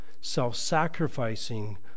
self-sacrificing